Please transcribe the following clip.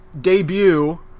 debut